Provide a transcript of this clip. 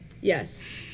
Yes